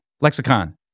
lexicon